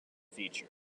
feature